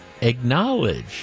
acknowledge